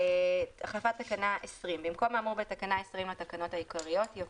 החלפת תקנה 20 במקום האמור בתקנה 20 לתקנות העיקריות יבוא: